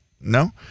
No